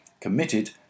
committed